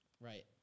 Right